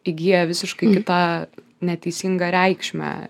įgiję visiškai kitą neteisingą reikšmę